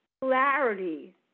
clarity